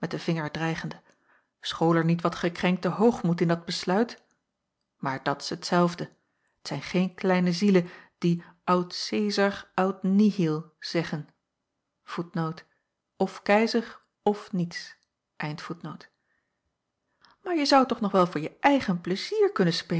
den vinger dreigende school er niet wat gekrenkte hoogmoed in dat besluit maar dat s t zelfde t zijn geen kleine zielen die aut caesar aut nihil zeggen maar je zoudt toch nog wel voor je eigen plezier kunnen